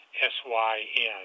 S-Y-N